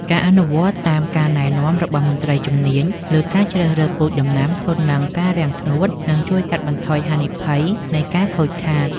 ការអនុវត្តតាមការណែនាំរបស់មន្ត្រីជំនាញលើការជ្រើសរើសពូជដំណាំធន់នឹងការរាំងស្ងួតនឹងជួយកាត់បន្ថយហានិភ័យនៃការខូចខាត។